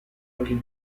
occhi